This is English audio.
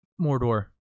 Mordor